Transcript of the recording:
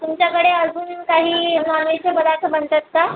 तुमच्याकडे अजून काही माव्याचे पदार्थ बनतात का